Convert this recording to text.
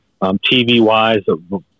TV-wise